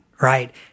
right